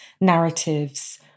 narratives